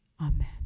Amen